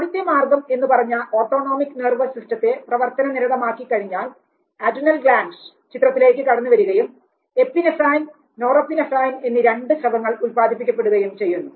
ആദ്യത്തെ മാർഗം എന്നുപറഞ്ഞ ഓട്ടോണോമിക് നെർവസ് സിസ്റ്റത്തെ പ്രവർത്തനനിരതമാക്കിക്കഴിഞ്ഞാൽ അഡ്രിനൽ ഗ്ലാൻഡ്സ് ചിത്രത്തിലേക്ക് കടന്നു വരികയും എപ്പിനെഫ്രൈൻ നോറെപ്പിനെഫ്രൈൻ എന്നീ രണ്ട് സ്രവങ്ങൾ ഉൽപാദിപ്പിക്കപ്പെടുകയും ചെയ്യുന്നു